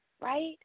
right